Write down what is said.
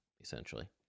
Essentially